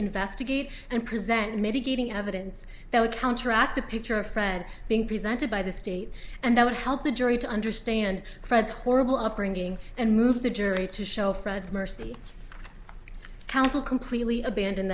investigate and present mitigating evidence that would counteract the picture of fred being presented by the state and that would help the jury to understand fred's horrible upbringing and move the jury to show fred mercy counsel completely abandon